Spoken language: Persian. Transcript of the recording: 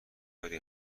داری